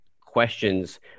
questions